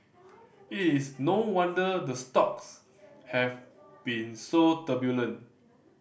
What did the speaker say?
it is no wonder the stocks have been so turbulent